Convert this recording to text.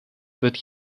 wird